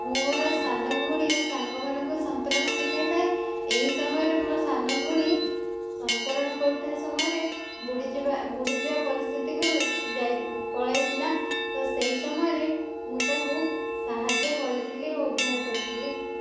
ମୁଁ ମୋର ସାନ ଭଉଣୀ ଆଉ ସାଙ୍ଗମାନଙ୍କୁ ସନ୍ତରଣ ଶିଖେଇଥାଏ ଏହି ସମୟରେ ମୋର ସାନ ଭଉଣୀ ସନ୍ତରଣ କରୁଥିବା ସମୟରେ ବୁଡ଼ିଯିବା ବୁଡ଼ିଯିବା ପରିସ୍ଥିତିକୁ ଯାଇ ପଳାଇଥିଲା ଓ ସେହି ସମୟରେ ମୁଁ ତାକୁ ସାହାଯ୍ୟ କରିଥିଲି ଓ ଉଦ୍ଧାର କରିଥିଲି